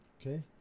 okay